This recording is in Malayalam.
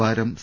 വാരം സി